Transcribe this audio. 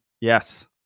Yes